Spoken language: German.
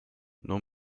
nur